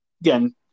again